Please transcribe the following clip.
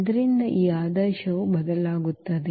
ಆದ್ದರಿಂದ ಆ ಆದೇಶವು ಬದಲಾಗುತ್ತದೆ